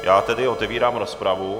Já tedy otevírám rozpravu.